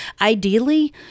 ideally